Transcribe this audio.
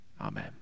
amen